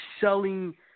selling